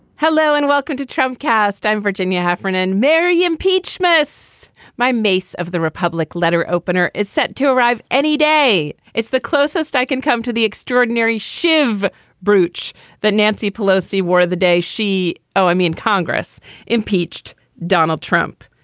hello and welcome to trump cast. i'm virginia heffernan. mary impeach, miss my mace of the republic letter opener is set to arrive any day. it's the closest i can come to the extraordinary shiv brutsch that nancy pelosi wore the day she. oh, i mean, congress impeached donald trump.